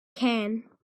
can